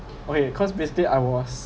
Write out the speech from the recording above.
okay because basically I was